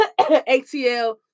ATL